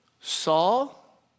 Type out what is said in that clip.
saul